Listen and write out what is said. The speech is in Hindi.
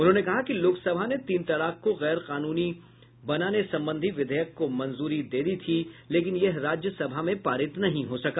उन्होंने कहा कि लोक सभा ने तीन तलाक को गैर कानूनी बनाने संबंधी विधेयक को मंजूरी दे दी थी लेकिन यह राज्य सभा में पारित नहीं हो सका